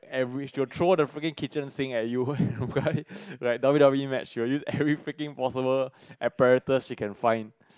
and she will throw all the freaking kitchen sink at you like W_W_E match she will use every freaking possible apparatus she can find